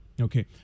Okay